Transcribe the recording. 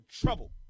trouble